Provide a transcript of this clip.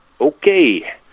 Okay